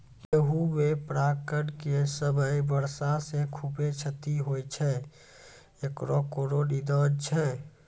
गेहूँ मे परागण के समय वर्षा से खुबे क्षति होय छैय इकरो कोनो निदान छै?